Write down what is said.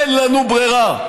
אין לנו ברירה.